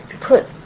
put